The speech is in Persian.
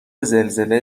زلزله